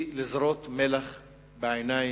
היא לזרות מלח בעיניים.